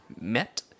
met